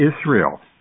Israel